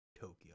Tokyo